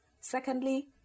Secondly